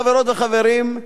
חברות וחברים,